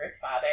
father